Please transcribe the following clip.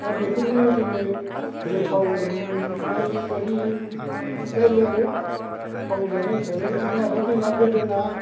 दा बेखौनो जोङो गोथाव मोननाय बादि जायो आरो थाव जानाय हिसाबै नाथाय जोंना गोदोना